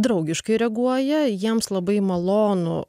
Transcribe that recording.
draugiškai reaguoja jiems labai malonu